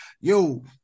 yo